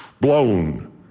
blown